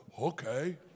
okay